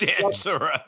dancer